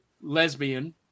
lesbian